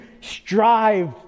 strive